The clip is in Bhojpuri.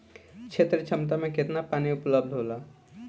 क्षेत्र क्षमता में केतना पानी उपलब्ध होला?